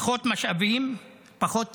פחות משאבים, פחות תקציבים,